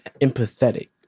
empathetic